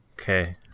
okay